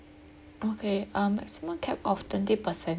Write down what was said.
okay um maximum cap of twenty percent